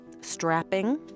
strapping